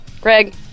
Greg